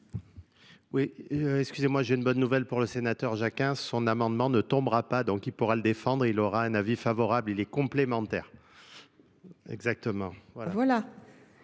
Oui, excusez moi, j'ai une bonne nouvelle pour le sénateur Jacquin son amendement ne tombera pas, donc il pourra le défendre, il aura un avis favorable, il est complémentaire, voilà